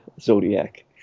Zodiac